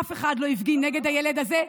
אף אחד לא הפגין נגד הילד הזה.